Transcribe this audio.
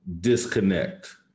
disconnect